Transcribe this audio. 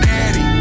Daddy